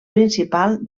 principal